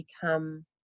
become